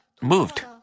moved